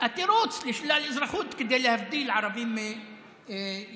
התירוץ לשלול אזרחות כדי להבדיל ערבים מיהודים,